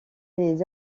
les